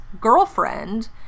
girlfriend